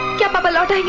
yeah my beloved.